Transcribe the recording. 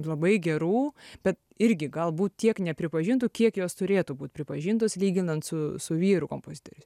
labai gerų bet irgi galbūt tiek nepripažintų kiek jos turėtų būt pripažintos lyginant su su vyrų kompozitoriais